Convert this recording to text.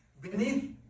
beneath